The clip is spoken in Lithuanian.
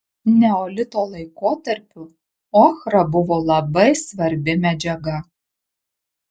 neolito laikotarpiu ochra buvo labai svarbi medžiaga